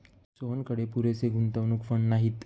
सोहनकडे पुरेसे गुंतवणूक फंड नाहीत